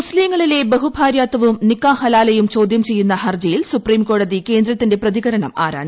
മുസ്തീങ്ങളിലെ ബഹു ഭാര്യാത്വവും നിക്കാഹ് ഹലാലയും ചോദ്യം ചെയ്യുന്ന ഹർജിയിൽ സുപ്രീംകോടതി കേന്ദ്രത്തിന്റെ പ്രതികരണം ആരാഞ്ഞു